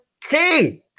King